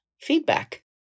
feedback